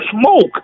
smoke